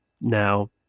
now